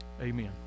Amen